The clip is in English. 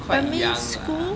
quite young lah